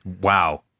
Wow